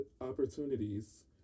opportunities